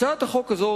הצעת החוק הזאת,